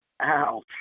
Ouch